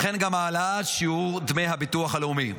וכן העלאת שיעור דמי הביטוח הלאומי.